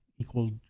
equal